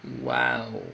!wow!